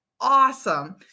awesome